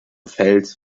fels